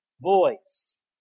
Voice